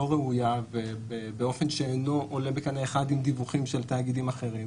ראויה ובאופן שאינו עולה בקנה אחד עם דיווחים של תאגידים אחרים,